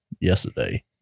yesterday